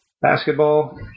basketball